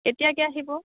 কেতিয়াকে আহিব